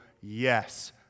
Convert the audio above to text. Yes